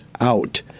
out